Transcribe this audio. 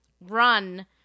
run